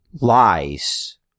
lies